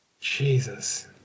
Jesus